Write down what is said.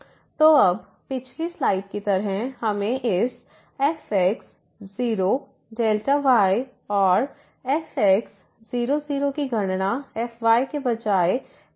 fx∂yfx0Δy fx00Δy तो अब पिछली स्लाइड की तरह हमें इस fx0 Δy और fx0 0 की गणना fy के बजाय पहले करनी होगी